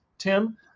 Tim